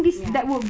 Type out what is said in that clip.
ya